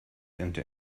into